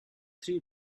three